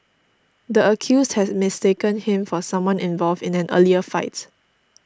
the accused had mistaken him for someone involved in an earlier fight